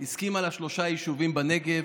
הסכימה לשלושה יישובים בנגב,